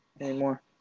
anymore